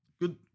Good